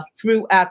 throughout